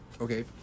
okay